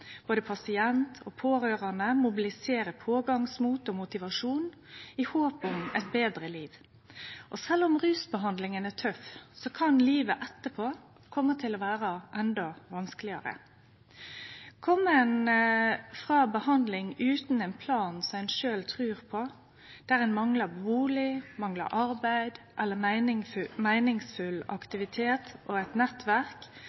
Både pasient og pårørande mobiliserer pågangsmot og motivasjon i håp om eit betre liv. Sjølv om rusbehandlinga er tøff, kan livet etterpå kome til å vere endå vanskelegare. Kjem ein frå behandling utan ein plan som ein sjølv trur på, og ein manglar bustad, arbeid,